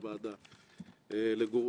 שבו אני צריך את עזרתך, את עזרת הכנסת.